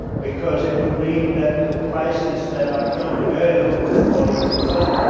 because it would mean that the prices that are currently very low would fall even further.